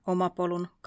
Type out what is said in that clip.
Omapolun